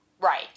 Right